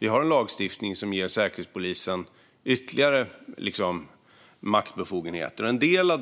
Vi har en lagstiftning som ger Säkerhetspolisen ytterligare maktbefogenheter. En del av